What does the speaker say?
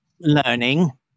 learning